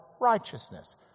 righteousness